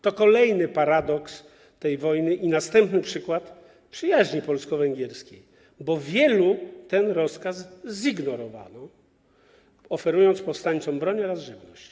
To kolejny paradoks tej wojny i następny przykład przyjaźni polsko-węgierskiej, bo wielu ten rozkaz zignorowało, oferując powstańcom broń oraz żywność.